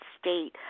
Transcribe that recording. state